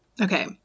Okay